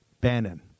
Bannon